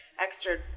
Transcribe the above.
extra